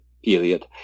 period